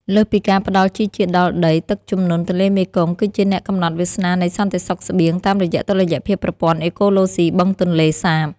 លើសពីការផ្តល់ជីជាតិដល់ដី ទឹកជំនន់ទន្លេមេគង្គគឺជាអ្នកកំណត់វាសនានៃសន្តិសុខស្បៀងតាមរយៈតុល្យភាពប្រព័ន្ធអេកូឡូស៊ីបឹងទន្លេសាប។